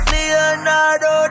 Leonardo